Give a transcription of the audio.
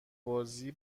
بازی